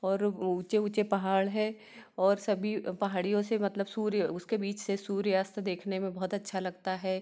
और ऊँचे ऊँचे पहाड़ हैं और सभी पहाड़ियों से मतलब सूर्य उसके बीच से सूर्यास्त देखने में बहुत अच्छा लगता है